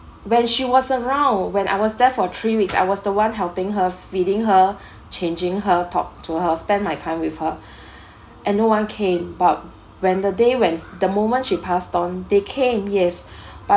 when she was around when I was there for three weeks I was the one helping her feeding her changing her talk to her spend my time with her and no one came but when the day when the moment she passed on they came yes but